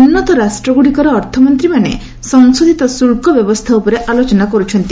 ଉନ୍ନତ ରାଷ୍ଟ୍ରଗୁଡ଼ିକର ଅର୍ଥମନ୍ତ୍ରୀମାନେ ସଂଶୋଧିତ ଶୁଳ୍କ ବ୍ୟବସ୍ଥା ଉପରେ ଆଲୋଚନା କର୍ରଛନ୍ତି